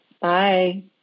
Bye